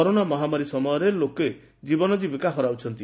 corona ମହାମାରି ସମୟରେ ଲୋକେ ଜୀବନ ଜୀବିକା ହରାଉଛନ୍ତି